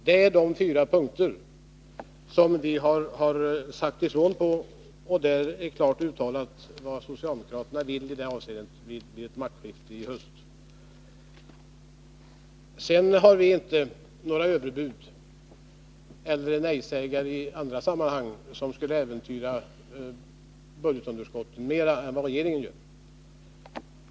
Det är de fyra punkter där vi har sagt ifrån, och där är klart uttalat vad socialdemokraterna vill vid ett maktskifte i höst. Vi harinte några överbud, och vi är inte nejsägare i andra sammanhang, på något sätt som skulle försvaga budgeten utöver vad regeringen gör.